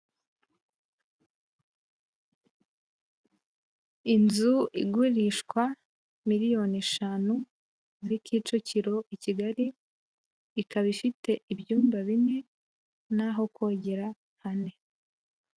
Inzu igurishwa miliyoni eshanu muri Kicukiro i Kigali, ikaba ifite ibyumba bine naho kogera hane.